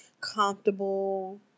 comfortable